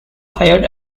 hired